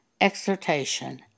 Exhortation